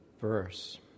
verse